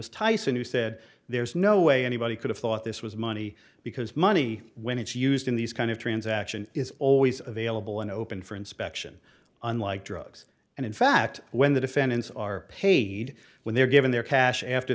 was tyson who said there's no way anybody could have thought this was money because money when it's used in these kind of transaction is always available and open for inspection unlike drugs and in fact when the defendants are paid when they're given their cash after